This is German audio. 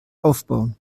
aufbauen